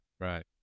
right